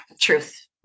truth